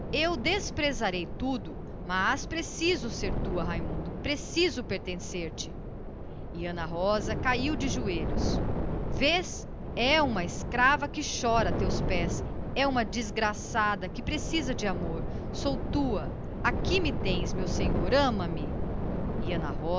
eu desprezarei tudo mas preciso ser tua raimundo preciso pertencer te exclusivamente e ana rosa caiu de joelhos sem se desgarrar do corpo dele é uma escrava que chora a teus pés é uma desgraçada que precisa da tua compaixão sou tua aqui me tens meu senhor ama-me